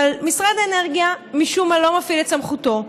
אבל משרד האנרגיה משום מה לא מפעיל את סמכותו.